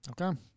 Okay